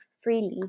freely